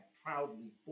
proudly